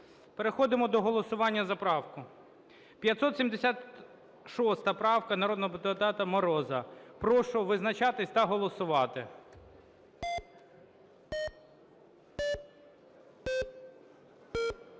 Переходимо до голосування за правку. 576 правка народного депутата Мороза. Прошу визначатись та голосувати.